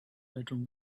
bedroom